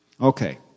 Okay